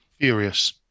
Furious